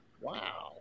Wow